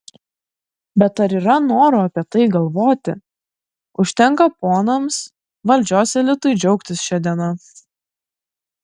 bet ar yra noro apie tai galvoti užtenka ponams valdžios elitui džiaugtis šia diena